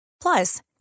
Plus